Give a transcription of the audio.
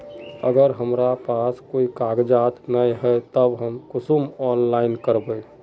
अगर हमरा पास कोई कागजात नय है तब हम कुंसम ऑनलाइन करबे?